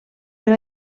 per